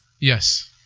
Yes